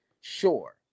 Sure